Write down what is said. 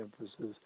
emphasis